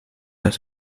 das